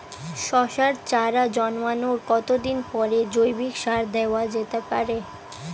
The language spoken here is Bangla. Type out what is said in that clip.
শশার চারা জন্মানোর কতদিন পরে জৈবিক সার দেওয়া যেতে পারে?